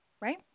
right